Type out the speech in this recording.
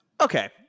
Okay